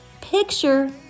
Picture